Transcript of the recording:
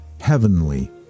heavenly